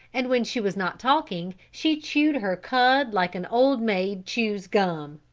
and when she was not talking she chewed her cud like an old maid chews gum.